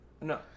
no